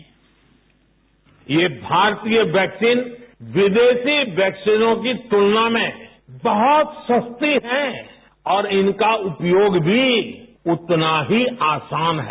bite ये भारतीय vaccine विदेशी वैक्सीनों की तुलना में बहुत सस्ती हैं और इनका उपयोग भी उतना ही आसान है